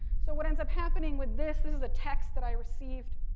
so what ends up happening with this, this is a text that i received,